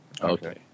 Okay